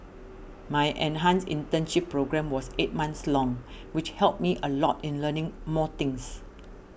my enhanced internship programme was eight months long which helped me a lot in learning more things